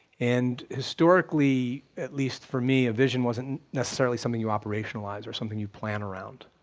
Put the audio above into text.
and historically, at least for me, a vision wasn't necessarily something you operationalize or something you plan around,